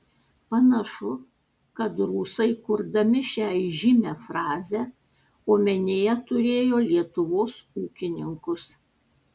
panašu kad rusai kurdami šią įžymią frazę omenyje turėjo lietuvos ūkininkus